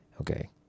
okay